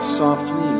softly